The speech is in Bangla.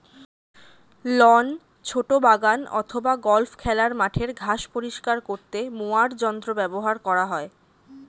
লন, ছোট বাগান অথবা গল্ফ খেলার মাঠের ঘাস পরিষ্কার করতে মোয়ার যন্ত্র ব্যবহার করা হয়